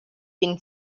been